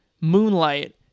Moonlight